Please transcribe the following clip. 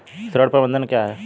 ऋण प्रबंधन क्या है?